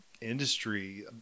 industry